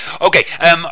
Okay